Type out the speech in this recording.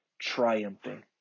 triumphing